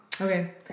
Okay